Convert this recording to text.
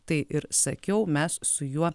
tai ir sakiau mes su juo